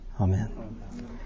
amen